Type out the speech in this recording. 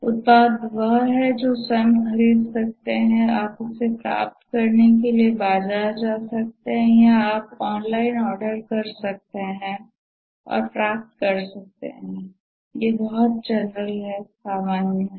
उत्पाद वह हैं जो आप स्वयं खरीद सकते हैं आप इसे प्राप्त करने के लिए बाजार जा सकते हैं या आप ऑनलाइन ऑर्डर कर सकते हैं और प्राप्त कर सकते हैं ये सामान्य हैं